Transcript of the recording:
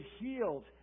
healed